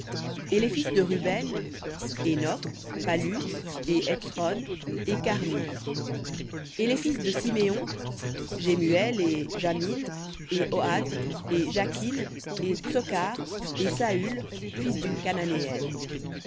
et les fils de ruben hénoc pallu et hetsron et carmi et les fils de siméon jemuel et jamin et ohad et jakin et tsokhar et saül fils d'une cananéenne